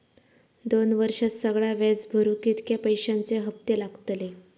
दोन वर्षात सगळा व्याज भरुक कितक्या पैश्यांचे हप्ते लागतले?